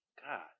God